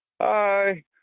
Hi